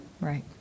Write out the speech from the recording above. right